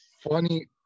funny